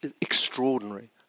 extraordinary